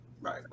Right